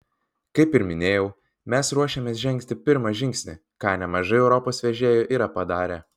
kaip ir minėjau mes ruošiamės žengti pirmą žingsnį ką nemažai europos vežėjų yra padarę